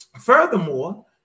furthermore